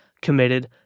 committed